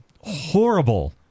horrible